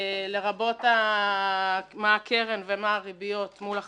לרבות מה הקרן ומה הריביות מול החייב.